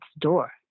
door